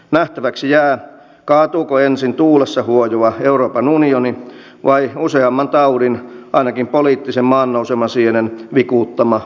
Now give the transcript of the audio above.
nähtäväksi jää kaatuuko ensin tuulessa huojuva euroopan unioni vai useamman taudin ainakin poliittisen maannousemasienen vikuuttama perussuomalaisten puu